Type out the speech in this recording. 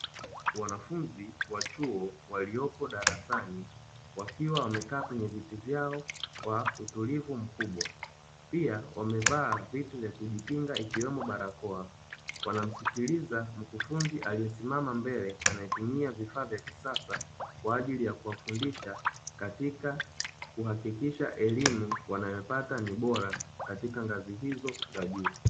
Wanafunzi wa chuo waliopo darasani wakiwa wamekaa kwenye viti vyao kwa utulivu mkubwa, pia wamevaa vitu vya kujikinga ikiwemo barakoa. Wanamsikiliza mkufunzi aliyesimama mbele anayetumia vifaa vya kisasa, kwa ajili ya kuwafundisha katika kuhakikisha elimu wanayopata ni bora, katika ngazi hizo za juu.